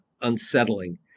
unsettling